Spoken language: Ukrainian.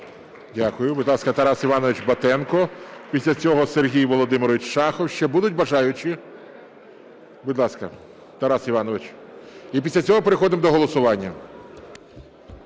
Дякую. Будь ласка, Тарас Іванович Батенко, після цього Сергій Володимирович Шахов. Ще будуть бажаючі? Будь ласка, Тарас Іванович. І після цього переходимо до голосування.